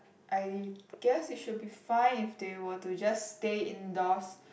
I guess it should be fine if they were to just stay indoors